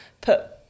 put